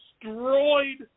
destroyed –